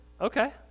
Okay